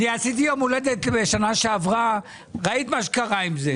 עשיתי יום הולדת שנה שעברה, ראית מה קרה עם זה.